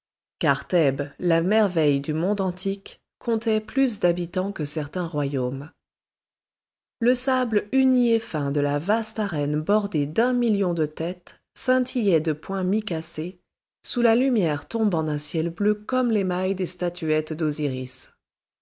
la merveille du monde antique comptait plus d'habitants que certains royaumes le sable uni et fin de la vaste arène bordée d'un million de têtes scintillait de points micacés sous la lumière tombant d'un ciel bleu comme l'émail des statuettes d'osiris